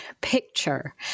picture